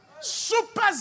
super